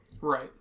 Right